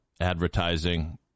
advertising